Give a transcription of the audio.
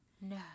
No